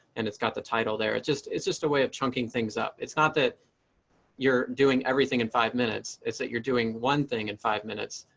and it's got the title there. it's just it's just a way of chunking things up. it's not that you're doing everything in five minutes. it's that you're doing one thing in five minutes,